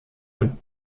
und